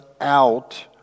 out